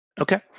Okay